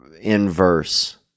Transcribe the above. inverse